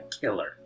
killer